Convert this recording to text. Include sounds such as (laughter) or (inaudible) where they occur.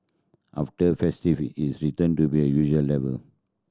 after (unintelligible) its return to be a usual level